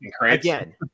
again